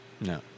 No